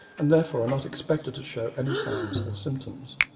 and therefore are not expected to show any signs or symptoms.